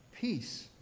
peace